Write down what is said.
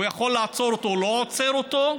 הוא יכול לעצור אותו, הוא לא עוצר אותו,